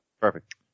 Perfect